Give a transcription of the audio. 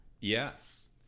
yes